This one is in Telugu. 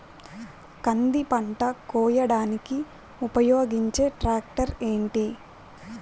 కంది పంట కోయడానికి ఉపయోగించే ట్రాక్టర్ ఏంటి?